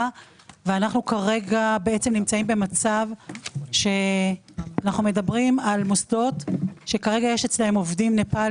ואנחנו כרגע נמצאים במצב של מוסדות שיש אצלם עובדים מנפאל